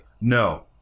No